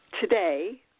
today